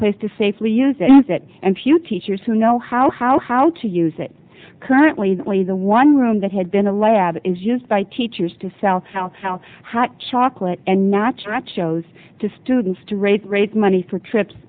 place to safely use it has it and few teachers who know how how how to use it currently only the one room that had been a lab is used by teachers to sell how how how chocolate and natural it shows to students to raise raise money for trips